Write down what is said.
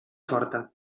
forta